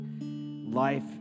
life